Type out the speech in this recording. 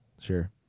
Sure